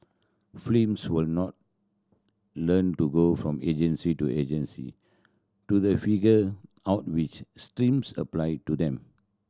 frames will not learn to go from agency to agency to they figure out which streams apply to them